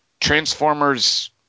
Transformers